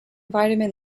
vitamin